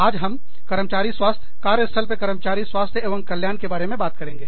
आज हम कर्मचारी स्वास्थ्य कार्य स्थल पर कर्मचारी स्वास्थ्य एवं कल्याण के बारे में बात करेंगे